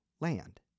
land